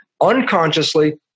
unconsciously